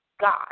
God